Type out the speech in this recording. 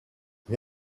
you